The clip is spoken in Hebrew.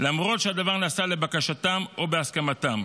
למרות שהדבר נעשה לבקשתם או בהסכמתם.